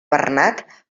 bernat